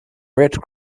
red